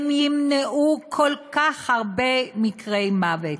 הם ימנעו כל כך הרבה מקרי מוות.